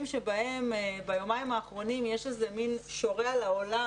ביומיים האחרונים שורה על העולם,